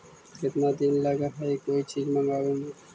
केतना दिन लगहइ कोई चीज मँगवावे में?